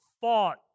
fought